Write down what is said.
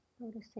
noticing